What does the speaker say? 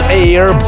Air